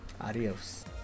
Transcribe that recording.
Adios